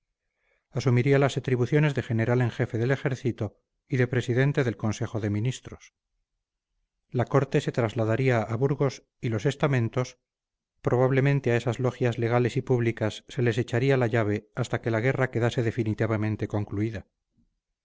asumiría las atribuciones de general en jefe del ejército y de presidente del consejo de ministros la corte se trasladaría a burgos y los estamentos probablemente a esas logias legales y públicas se les echaría la llave hasta que la guerra quedase definitivamente concluida